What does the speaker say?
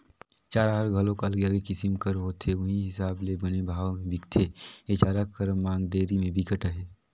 चारा हर घलोक अलगे अलगे किसम कर होथे उहीं हिसाब ले बने भाव में बिकथे, ए चारा कर मांग डेयरी में बिकट अहे